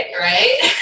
right